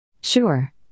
Sure